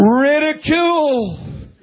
ridicule